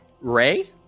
Ray